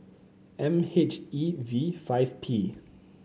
M H E V five P